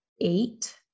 eight